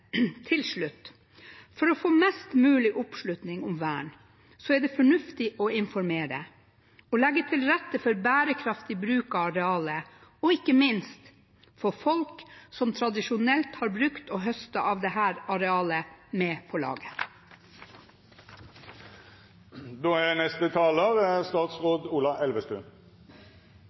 Til slutt: For å få mest mulig oppslutning om vern er det fornuftig å informere, legge til rette for bærekraftig bruk av arealet og – ikke minst – få folk som tradisjonelt har brukt og høstet av dette arealet, med på laget.